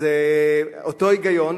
אז אותו היגיון,